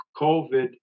COVID